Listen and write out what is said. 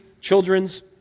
children's